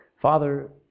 Father